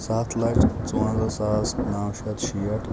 سَتھ لَچھ ژُوَنزاہ ساس نَو شتھ شیٹھ